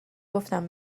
گفتم